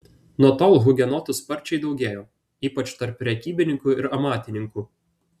nuo tol hugenotų sparčiai daugėjo ypač tarp prekybininkų ir amatininkų